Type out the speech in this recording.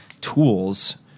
tools